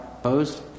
Opposed